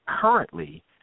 currently